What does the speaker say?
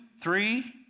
three